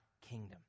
kingdom